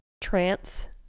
trance